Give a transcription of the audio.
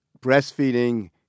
breastfeeding